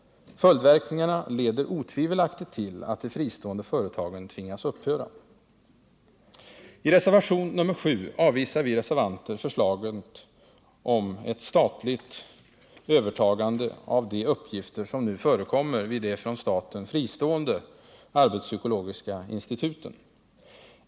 Följdverkningarna leder otvivelaktigt till att de fristående företagen tvingas upphöra. I reservation nr 7 avvisar vi reservanter förslaget om ett statligt övertagande av de uppgifter som nu förekommer vid de från staten fristående arbetspsykologiska instituten.